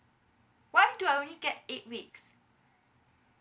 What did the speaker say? why do I only get eight weeks